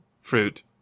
fruit